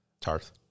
Tarth